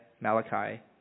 malachi